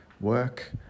Work